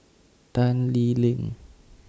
Tan Lee Leng